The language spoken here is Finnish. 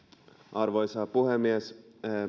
arvoisa puhemies tämä